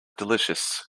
delicious